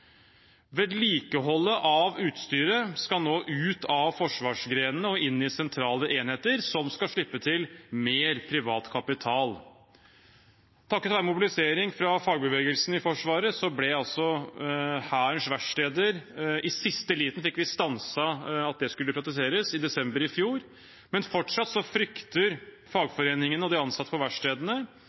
Vedlikeholdet av utstyret skal nå ut av forsvarsgrenene og inn i sentrale enheter, som skal slippe til mer privat kapital. Takket være mobilisering fra fagbevegelsen i Forsvaret fikk vi i siste liten, i desember i fjor, stanset at Hærens verksteder skulle privatiseres, men fortsatt frykter fagforeningene og de ansatte på verkstedene